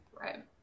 right